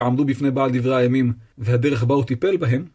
עמדו בפני בעד דברי הימים, והדרך באו טיפל בהם.